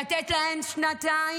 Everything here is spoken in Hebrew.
לתת להן שנתיים